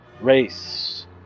race